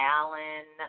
Alan